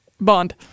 bond